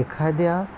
एखाद्या